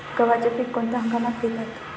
गव्हाचे पीक कोणत्या हंगामात घेतात?